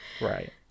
right